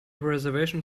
reservation